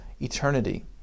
eternity